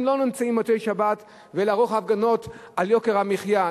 הם לא יוצאים במוצאי-שבת ועורכים הפגנות על יוקר המחיה.